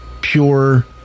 pure